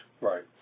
right